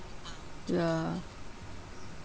ya